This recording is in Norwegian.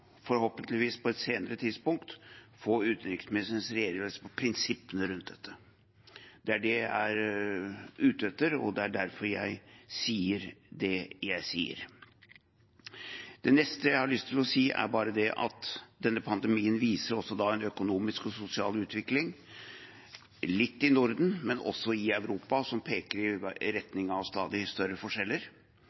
forhåpentligvis – på et senere tidspunkt å få utenriksministerens redegjørelse for prinsippene rundt dette. Det er det jeg er ute etter, og det er derfor jeg sier det jeg sier. Det neste jeg har lyst til å si, er at denne pandemien også viser en økonomisk og sosial utvikling – litt i Norden, men også i Europa – som peker i retning av stadig større forskjeller.